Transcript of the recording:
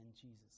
Jesus